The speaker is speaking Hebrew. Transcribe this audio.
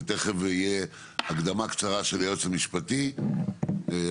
תיכף תהיה הקדמה קצרה של היועץ המשפטי לוועדה,